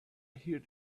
heard